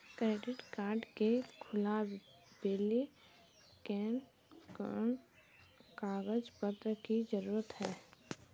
Credit card के खुलावेले कोन कोन कागज पत्र की जरूरत है?